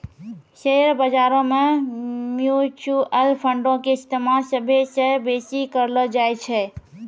share बजारो मे mutual फंडो के इस्तेमाल सभ्भे से बेसी करलो जाय छै